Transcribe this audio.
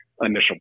initial